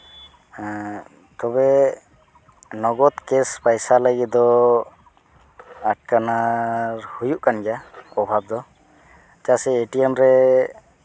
ᱦᱮᱸ ᱛᱚᱵᱮ ᱱᱚᱜᱚᱫᱽ ᱠᱮᱥ ᱯᱚᱭᱥᱟ ᱞᱟᱹᱜᱤᱫ ᱫᱚ ᱦᱩᱭᱩᱜ ᱠᱟᱱ ᱜᱮᱭᱟ ᱚᱵᱷᱟᱵᱽ ᱫᱚ ᱪᱮᱫᱟᱜ ᱥᱮ ᱮ ᱴᱤ ᱮᱢ ᱨᱮ